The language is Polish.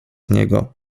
niego